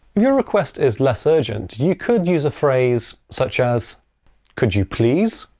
your request is less urgent, you could use phrases such as could you please?